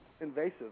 Invasive